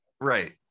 right